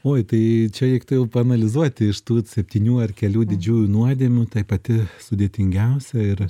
oi tai čia reiktų jau paanalizuoti iš tų septynių ar kelių didžiųjų nuodėmių tai pati sudėtingiausia ir